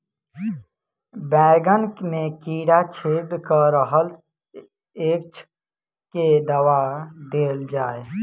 बैंगन मे कीड़ा छेद कऽ रहल एछ केँ दवा देल जाएँ?